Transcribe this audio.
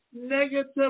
negative